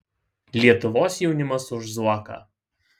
lietuvos jaunimas už zuoką